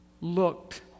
looked